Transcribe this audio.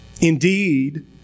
Indeed